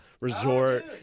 Resort